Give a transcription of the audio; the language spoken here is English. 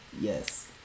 yes